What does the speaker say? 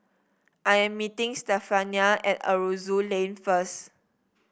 I am meeting Stephania at Aroozoo Lane first